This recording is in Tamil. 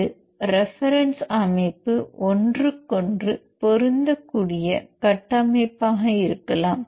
இது ரெபெரென்ஸ் அமைப்பு ஒன்றுக்கொன்று பொருந்தக்கூடிய கட்டமைப்பாக இருக்கலாம்